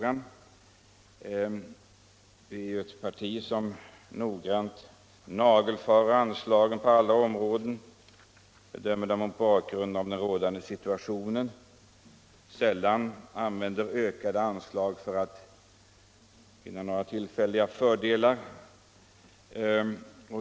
Vi är ett parti som noggrant nagelfar alla anslag mot bakgrund av den rådande situationen och inte använder ökade anslag för att vinna några tillfälliga fördelar.